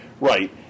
right